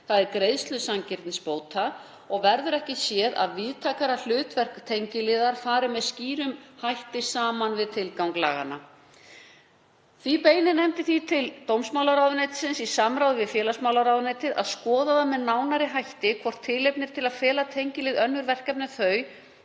þ.e. greiðslu sanngirnisbóta, og verður ekki séð að víðtækara hlutverk tengiliðar fari með skýrum hætti saman við tilgang laganna. Nefndin beinir því til dómsmálaráðuneytisins, í samráði við félagsmálaráðuneytið, að skoða það með nánari hætti hvort tilefni er til að fela tengilið önnur verkefni en